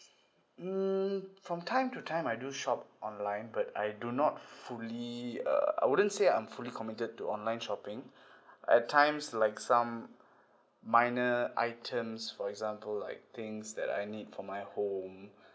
mm from time to time I do shop online but I do not fully uh I wouldn't say I'm fully committed to online shopping at times like some minor items for example like things that I need for my home